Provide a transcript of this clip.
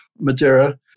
Madeira